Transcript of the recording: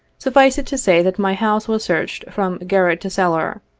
suffice it to say, that my house was searched from garret to cellar,